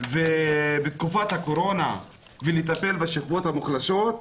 הקורונה ולטפל בשכבות המוחלשות?